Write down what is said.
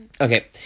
Okay